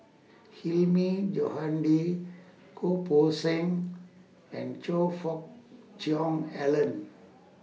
Hilmi Johandi Goh Poh Seng and Choe Fook Cheong Alan